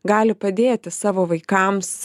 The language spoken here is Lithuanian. gali padėti savo vaikams